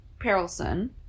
Perelson